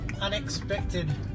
unexpected